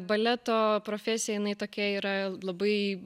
baleto profesija jinai tokia yra labai